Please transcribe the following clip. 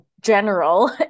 general